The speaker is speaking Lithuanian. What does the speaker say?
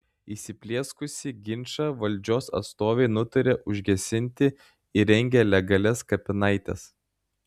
įsiplieskusį ginčą valdžios atstovai nutarė užgesinti įrengę legalias kapinaites